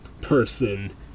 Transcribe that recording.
person